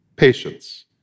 patience